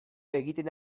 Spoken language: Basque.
egiten